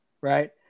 Right